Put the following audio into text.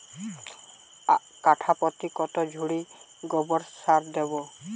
কাঠাপ্রতি কত ঝুড়ি গোবর সার দেবো?